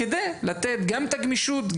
כדי לתת גם את הגמישות,